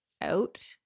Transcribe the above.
out